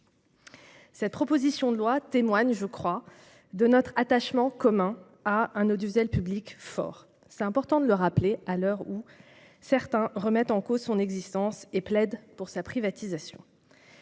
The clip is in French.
Cette proposition de loi témoigne, je le crois, de notre attachement commun à un audiovisuel public fort. Il est important de le rappeler à l'heure où certains remettent en cause son existence et plaident pour sa privatisation.